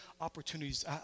opportunities